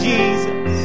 Jesus